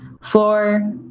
Floor